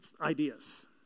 ideas